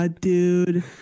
dude